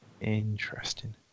Interesting